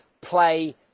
play